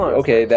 okay